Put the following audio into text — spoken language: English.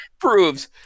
proves